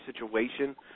situation